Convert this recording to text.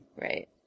Right